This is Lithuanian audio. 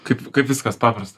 kaip kaip viskas paprasta